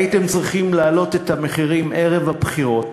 הייתם צריכים להעלות את המחירים ערב הבחירות,